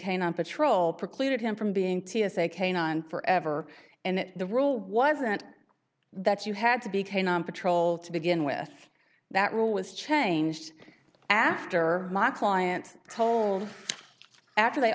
canine patrol preclude him from being t s a canine forever and that the rule wasn't that you had to be canine patrol to begin with that rule was changed after my client told after they